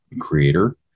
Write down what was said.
creator